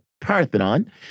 Parthenon